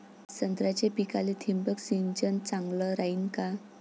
संत्र्याच्या पिकाले थिंबक सिंचन चांगलं रायीन का?